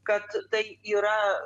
kad tai yra